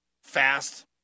fast